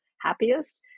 happiest